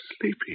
sleepy